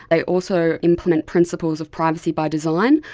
they also implement principles of privacy by design,